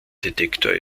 detektor